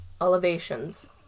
elevations